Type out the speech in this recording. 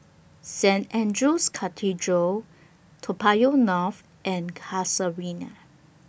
Saint Andrew's Cathedral Toa Payoh North and Casuarina